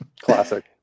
classic